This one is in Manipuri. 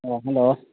ꯑꯪ ꯍꯜꯂꯣ